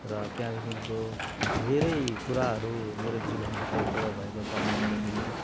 र त्यहाँदेखिको धेरै कुराहरू मेरो जीवनमा उतारचढाउ भएको कारणले गर्दाखेरि